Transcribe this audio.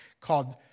called